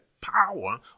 power